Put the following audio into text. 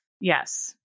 Yes